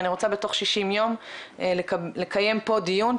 אני רוצה בתוך 60 יום לקיים פה דיון,